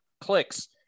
clicks